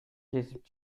кесип